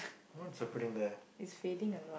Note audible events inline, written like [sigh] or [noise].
what's happening there [noise]